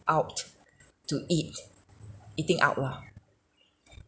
out to eat eating out loh